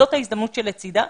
זאת ההזדמנות שלצידה.